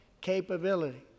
capability